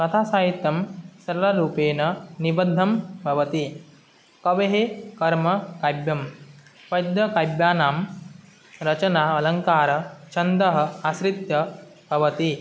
कथासाहित्यं सरलरूपेण निबद्धं भवति कवेः कर्मं काव्यं पद्यकाव्यानां रचना अलङ्कारं छन्दम् आश्रित्य भवति